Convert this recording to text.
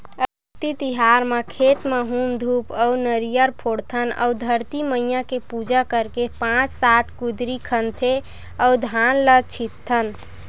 अक्ती तिहार म खेत म हूम धूप अउ नरियर फोड़थन अउ धरती मईया के पूजा करके पाँच सात कुदरी खनथे अउ धान ल छितथन